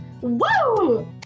Woo